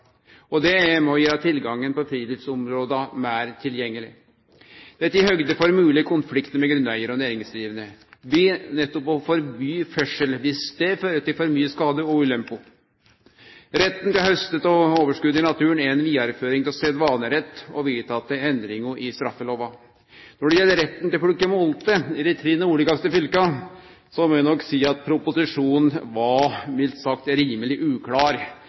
Det er med på å gjere friluftsområda meir tilgjengelege. Det er teki høgde for moglege konfliktar med grunneigarar og næringsdrivande ved nettopp å forby ferdsel dersom det fører til for mykje skadar og ulemper. Retten til å hauste av overskotet i naturen er ei vidareføring av sedvanerett og vedtekne endringar i straffelova. Når det gjeld retten til å plukke molter i dei tre nordlegaste fylka, må eg nok seie at proposisjonen var mildt sagt rimeleg uklar